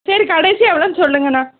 சரி கடைசியாக எவ்வளோன்னு சொல்லுங்கண்ணா